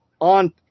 on